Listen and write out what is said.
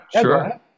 sure